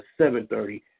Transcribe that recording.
7.30